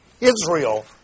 Israel